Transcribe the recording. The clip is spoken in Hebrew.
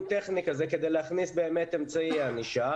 טכני כזה כדי להכניס באמת אמצעי ענישה,